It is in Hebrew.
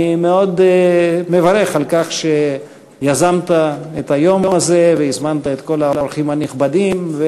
אני מאוד מברך על כך שיזמת את היום הזה והזמנת את כל האורחים הנכבדים.